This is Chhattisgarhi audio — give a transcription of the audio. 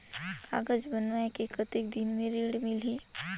कागज बनवाय के कतेक दिन मे ऋण मिलही?